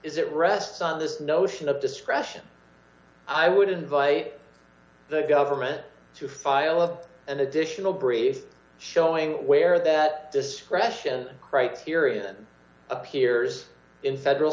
is it rests on this notion of discretion i would invite the government to file an additional brief showing where that discretion criterion appears in federal